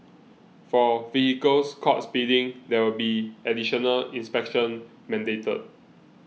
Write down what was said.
for vehicles caught speeding there will be additional inspections mandated